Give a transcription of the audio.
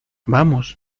vamos